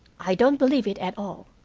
i don't believe it at all.